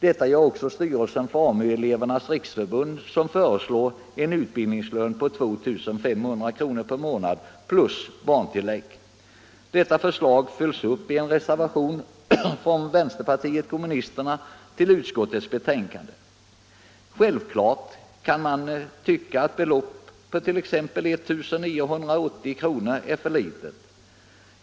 Detta gör också styrelsen för AMU elevernas riksförbund, som föreslår en utbildningslön på 2 500 kr. per månad plus barntillägg. Detta förslag följs upp i en reservation från vänsterpartiet kommunisterna vid utskottets betänkande. Självfallet kan man tycka att t.ex. beloppet 1980 kr. är för litet.